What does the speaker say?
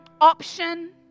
option